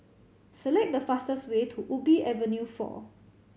select the fastest way to Ubi Avenue Four